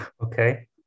Okay